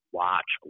watch